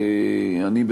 אני,